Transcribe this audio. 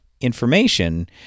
information